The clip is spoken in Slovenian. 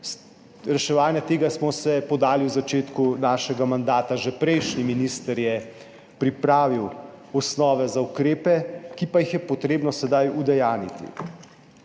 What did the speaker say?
reševanja tega smo se podali v začetku našega mandata. Že prejšnji minister je pripravil osnove za ukrepe, ki pa jih je potrebno sedaj udejanjiti.